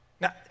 Now